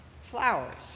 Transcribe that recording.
flowers